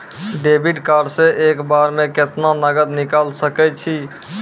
Debit card से एक बार मे केतना नगद निकाल सके छी?